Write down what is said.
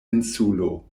insulo